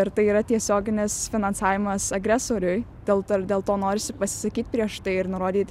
ir tai yra tiesioginis finansavimas agresoriui dėl to ir dėl to norisi pasisakyt prieš tai ir nurodyt